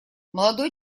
молодой